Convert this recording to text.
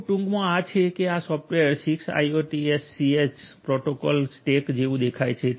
ખૂબ ટૂંકમાં આ છે કે આ સોફ્ટવેર 6ટીઆઈએસસીએચ પ્રોટોકોલ સ્ટેક જેવું દેખાય છે